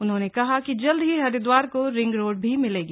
उन्होंने कहा कि जल्द ही हरिद्वार को रिंग रोड भी मिलेगी